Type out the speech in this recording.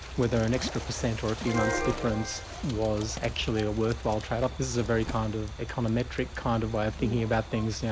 whether an extra percent or a few months difference was actually a worthwhile trade off this is a very kind of econometric kind of way of thinking about things, yeah